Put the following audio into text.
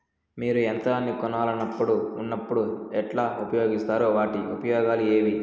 మీరు యంత్రాన్ని కొనాలన్నప్పుడు ఉన్నప్పుడు ఎట్లా ఉపయోగిస్తారు వాటి ఉపయోగాలు ఏవి?